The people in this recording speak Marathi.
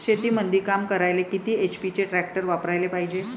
शेतीमंदी काम करायले किती एच.पी चे ट्रॅक्टर वापरायले पायजे?